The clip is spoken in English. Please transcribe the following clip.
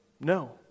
no